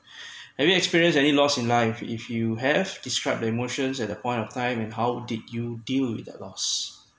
have you experienced any lost in life if you have described the emotions at the point of time and how did you deal with that loss